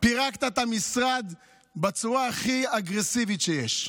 פירקת את המשרד בצורה הכי אגרסיבית שיש.